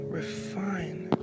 refine